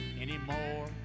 anymore